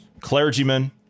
clergymen